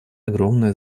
огромное